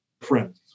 friends